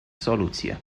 soluție